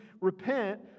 Repent